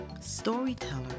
storyteller